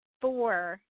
four